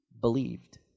believed